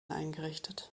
eingerichtet